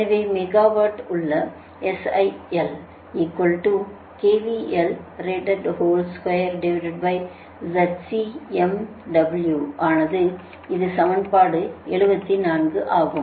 எனவே மெகாவாட்டில் உள்ள SIL ஆனது இது சமன்பாடு 74 ஆகும்